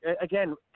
again